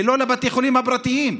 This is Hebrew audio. ולא לבתי החולים הפרטיים.